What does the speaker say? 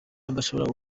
adashobora